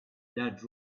that